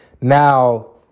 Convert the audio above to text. now